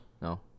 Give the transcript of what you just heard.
No